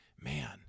man